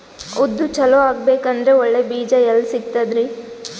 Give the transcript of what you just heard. ಉದ್ದು ಚಲೋ ಆಗಬೇಕಂದ್ರೆ ಒಳ್ಳೆ ಬೀಜ ಎಲ್ ಸಿಗತದರೀ?